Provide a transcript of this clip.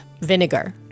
vinegar